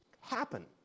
happen